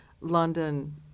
London